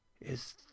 Is